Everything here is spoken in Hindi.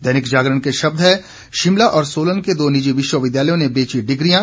दैनिक जागरण के शब्द हैं शिमला और सोलन के दो निजी विश्वविद्यालयों ने बेची डिग्रियां